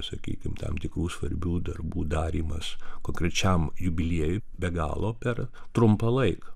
sakykim tam tikrų svarbių darbų darymas konkrečiam jubiliejui be galo per trumpą laiką